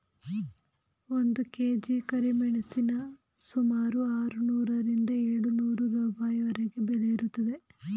ಒಂದು ಕೆ.ಜಿ ಕರಿಮೆಣಸಿನ ಸುಮಾರು ಆರುನೂರರಿಂದ ಏಳು ನೂರು ರೂಪಾಯಿವರೆಗೆ ಬೆಲೆ ಇರುತ್ತದೆ